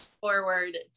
forward